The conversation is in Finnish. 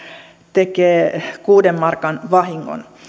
tekee kuuden markan vahingon